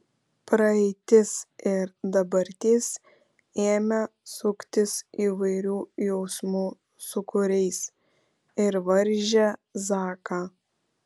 praeitis ir dabartis ėmė suktis įvairių jausmų sūkuriais ir varžė zaką